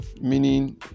Meaning